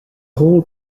whole